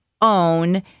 own